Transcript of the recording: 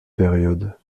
période